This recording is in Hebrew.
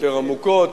יותר עמוקות,